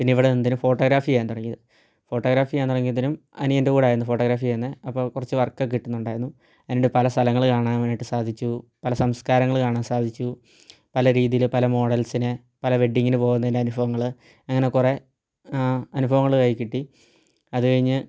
പിന്നെ ഇവിടെ എന്തിന് ഫോട്ടോഗ്രാഫി ചെയ്യാൻ തുടങ്ങീത് ഫോട്ടോഗ്രാഫി ഞാൻ തുടങ്ങിയതിനും അനിയൻ്റെ കൂടെ ആയിരുന്നു ഫോട്ടോഗ്രാഫി ചെയ്യുന്നത് അപ്പോൾ കുറച്ച് വർക്കൊക്കെ കിട്ടുന്നുണ്ടായിരുന്നു എന്നിട്ട് പല സ്ഥലങ്ങൾ കാണാൻ വേണ്ടീട്ട് സാധിച്ചു പല സംസ്കാരങ്ങൾ കാണാൻ സാധിച്ചു പല രീതിയിൽ പല മോഡൽസിനെ പല വെഡിങ്ങിന് പോവുന്നേൻ്റെ അനുഭവങ്ങൾ അങ്ങനെ കുറെ അനുഭവങ്ങൾ കയ്യിൽ കിട്ടി അത് കഴിഞ്ഞ്